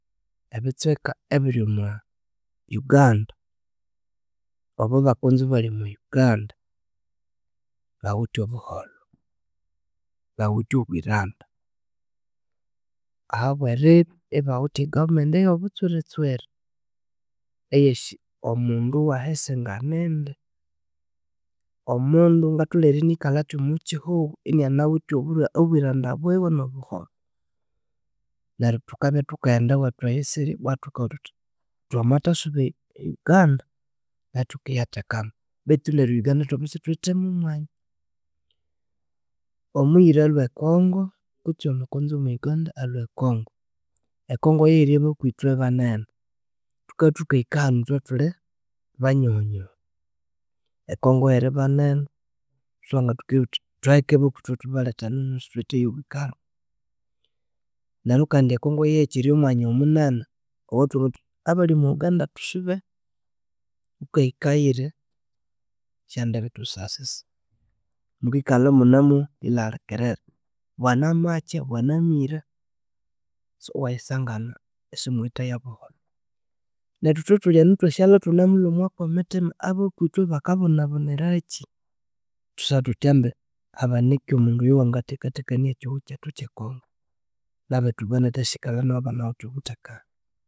Ebitsweka ebiri omwa Uganda oboabakonzo abalhi omwa Uganda bawithe obuholho, bawithe obwiranda ahabweribya yibawithe egovernment eyobutsuritsuri eyasi omunduwayisi nganidi omundu ngatholere erikalha omwakyihugho yinanawithe obwi obwiranda bwewe nobuholho neryo thukabya thukayenda ewethu eyisirya bwathukabuwa thuthi thwamathasuba eUganda yithukiyathekana, bethu neryo euganda yithwabya sithuwithe momwanya. Omuyira alhwe ekonogo kutsi omukonzo omo Uganda alhwe ekongo, ekongo yeyiri abakwithwe banene thukabyathukahika hanu yithwe thwulhi banyohonyoho ekongo yiribanene siwangathoka eribuwawuthi thuheke abakwithe thubalhethenu sithuwithe yobwikalhu neryo kandi ekongo yeyikyiri omwanya omunene owuthwangabu thwithi abalhi omo Uganda thusube wukahikayu eyiri esyandibithu sisa sisa mukikalha yimunemuyilharikyirira bwana makya bwana mira, so yiwayisangana yisimuwithe yobuholho nethu yithwe thulyenu yithwasiyalha thunemulhumwa kyemithima abakwithwe, bakabonabonarakyi thusabethutyambe habanike omundu oyowangathekania thekania ekyihugho kyethu kyekongo nabethu banathasyikalha yibanewuthe obuthekane